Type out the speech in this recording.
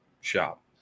shop